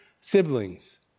siblings